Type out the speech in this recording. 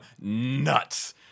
nuts